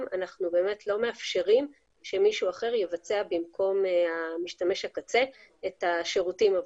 אנחנו לא מאפשרים שמישהו אחר יבצע במקום משתמש הקצה את השירותים עבורו.